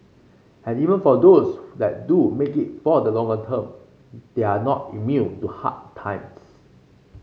and even for those that do make it for the longer term they are not immune to hard times